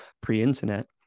pre-internet